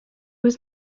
was